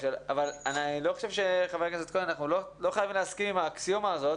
אבל אני לא חושב שאנחנו חייבים להסכים עם האקסיומה הזאת